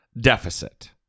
deficit